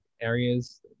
areas